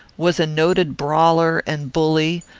was a noted brawler and bully,